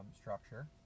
structure